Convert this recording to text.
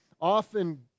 often